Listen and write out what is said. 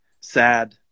sad